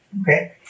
Okay